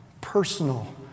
personal